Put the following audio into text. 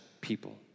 people